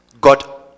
got